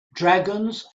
dragons